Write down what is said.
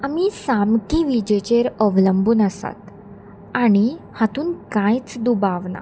आमी सामकी विजेचेर अवलंबून आसात आनी हातून कांयच दुबाव ना